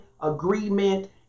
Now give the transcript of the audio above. agreement